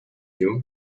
you